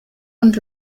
und